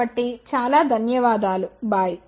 కాబట్టి చాలా ధన్యవాదాలు బై